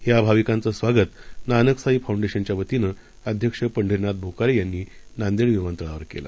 या भाविकांच स्वागत नानक साई फाऊंडेशनच्या वतीनं अध्यक्ष पंढरीनाथ बोकारे यांनी नांदेड विमानतळावर केलं